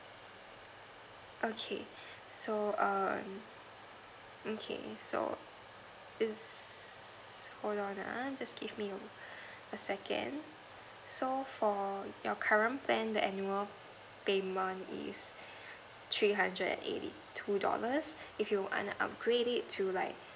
okay so err okay so it's hold on uh just give me a second so for your current plan the annual payment is three hundred eighty two dollars if you want to upgrade it to like